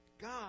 God